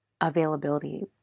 availability